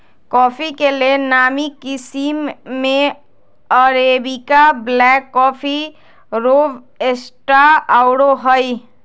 coffee के लेल नामी किशिम में अरेबिका, ब्लैक कॉफ़ी, रोबस्टा आउरो हइ